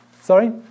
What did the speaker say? Sorry